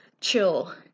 chill